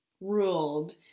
ruled